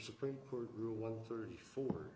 supreme court rule one thirty four